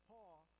Paul